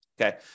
okay